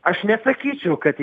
aš nesakyčiau kad